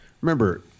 Remember